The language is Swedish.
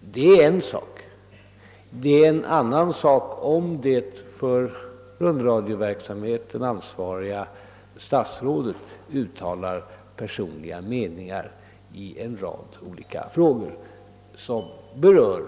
Detta är en sak, men det är en annan om det för rundradioverksamheten ansvariga statsrådet uttalar personliga meningar i en rad olika frågor som berör